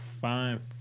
Fine